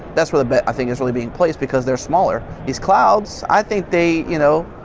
that's where the bet i think is really being placed because they are smaller. these clouds i think they, you know,